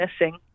missing